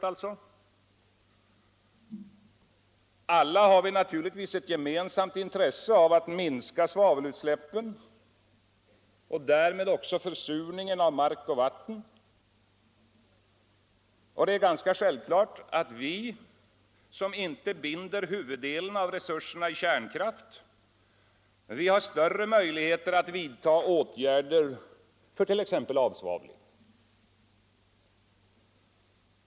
Alla har vi naturligtvis ett gemensamt intresse av att minska svavelutsläppen och därmed försurningen av mark och vatten. Det är ganska självklart att vi som inte binder huvuddelen av resurserna i kärnkraft har större möjligheter att vidta åtgärder för t.ex. avsvavling.